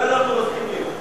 בזה אנחנו מסכימים,